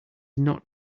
not